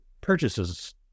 purchases